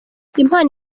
impano